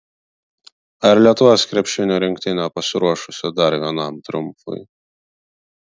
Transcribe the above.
ar lietuvos krepšinio rinktinė pasiruošusi dar vienam triumfui